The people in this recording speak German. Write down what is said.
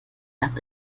dass